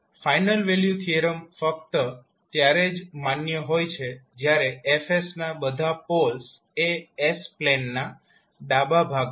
final value theorem ફક્ત ત્યારે જ માન્ય હોય છે જ્યારે F ના બધા પોલ્સ એ s પ્લેન ના ડાબા ભાગમાં હોય